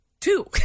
two